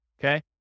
Okay